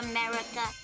America